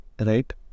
right